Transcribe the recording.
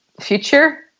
future